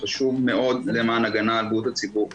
זה חשוב מאוד למען הגנה על בריאות הציבור,